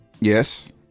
yes